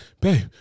babe